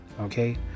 okay